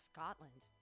Scotland